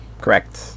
Correct